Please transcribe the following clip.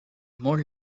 more